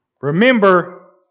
Remember